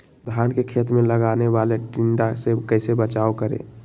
धान के खेत मे लगने वाले टिड्डा से कैसे बचाओ करें?